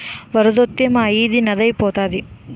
వరదొత్తే మా ఈది నదే ఐపోతాది